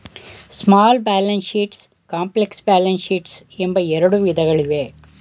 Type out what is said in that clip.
small balance sheets, complex balance sheets ಎಂಬ ಎರಡು ವಿಧಗಳಿವೆ